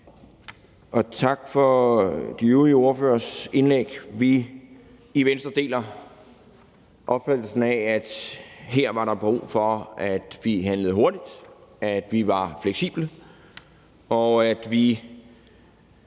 Og tak for de øvrige ordføreres indlæg. Vi i Venstre deler opfattelsen af, at der her var brug for, at vi handlede hurtigt, at vi var fleksible, og at vi